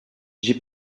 j’ai